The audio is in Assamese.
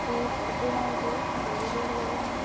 উঠি ফটো মাৰিলোঁ বগীবিল দলং